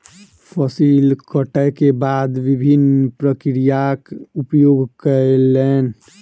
फसिल कटै के बाद विभिन्न प्रक्रियाक उपयोग कयलैन